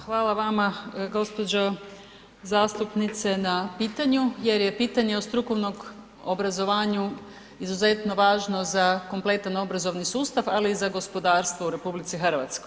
Hvala vama gospođo zastupnice na pitanju jer je pitanje o strukovnom obrazovanju izuzetno važno za kompletan obrazovni sustav, ali i za gospodarstvo u RH.